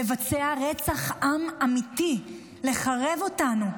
לבצע רצח עם אמיתי, לחרב אותנו.